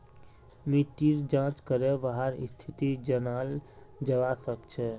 मिट्टीर जाँच करे वहार स्थिति जनाल जवा सक छे